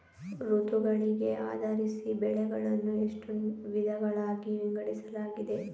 ಋತುಗಳಿಗೆ ಆಧರಿಸಿ ಬೆಳೆಗಳನ್ನು ಎಷ್ಟು ವಿಧಗಳಾಗಿ ವಿಂಗಡಿಸಲಾಗಿದೆ?